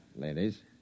ladies